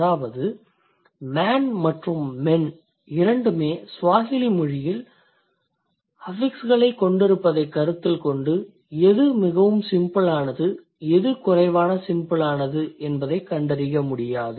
அதாவது man மற்றும் men இரண்டுமே சுவாஹிலி மொழியில் அஃபிக்ஸ்களைக் கொண்டிருப்பதைக் கருத்தில் கொண்டு எது மிகவும் சிம்பிளானது எது குறைவான சிம்பிளானது என்பதைக் கண்டறிய முடியாது